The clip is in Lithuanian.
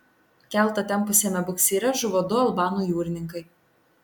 keltą tempusiame buksyre žuvo du albanų jūrininkai